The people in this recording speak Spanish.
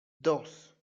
dos